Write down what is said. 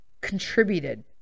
contributed